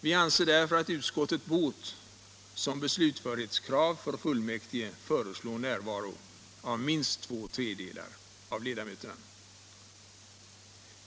Vi anser därför att utskottet bort som beslutförhetskrav för fullmäktige föreslå närvaro av minst två tredjedelar av ledamöterna.